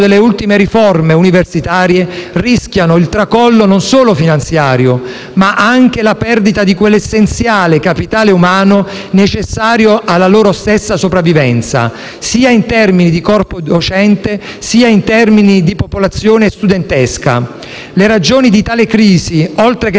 delle ultime riforme universitarie, rischiano non solo il tracollo finanziario, ma anche la perdita di quell'essenziale capitale umano necessario alla loro stessa sopravvivenza, sia in termini di corpo docente, sia in termini di popolazione studentesca. Le ragioni di tale crisi, oltre che